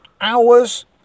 hours